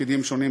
בתפקידים שונים,